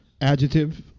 Adjective